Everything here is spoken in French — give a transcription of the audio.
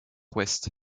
ouest